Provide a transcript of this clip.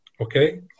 okay